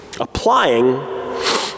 applying